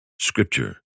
Scripture